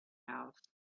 house